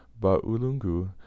baulungu